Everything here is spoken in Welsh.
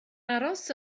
aros